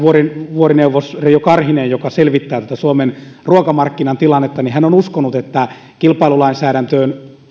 vuorineuvos reijo karhinen joka selvittää tätä suomen ruokamarkkinan tilannetta on uskonut että kilpailulainsäädännön